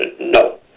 No